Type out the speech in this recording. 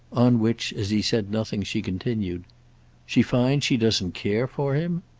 on which as he said nothing she continued she finds she doesn't care for him?